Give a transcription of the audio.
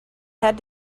had